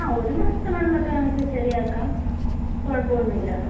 ആ ഒരു മാസത്തിനുള്ളിലൊക്കെ ഞങ്ങൾക്ക് ശരിയാക്കാം കുഴപ്പം ഒന്നും ഇല്ല